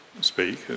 speak